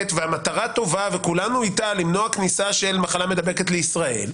והמטרה טובה וכולנו איתה למנוע כניסת מחלה מידבקת לישראל,